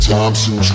Thompson